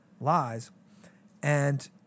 lies—and